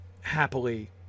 happily